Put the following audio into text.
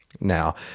now